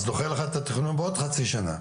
אז זה דוחה לך את התכנון בעוד חצי שנה.